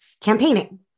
campaigning